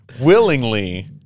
willingly